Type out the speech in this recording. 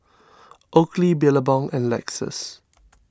Oakley Billabong and Lexus